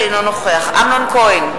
אינו נוכח אמנון כהן,